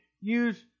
use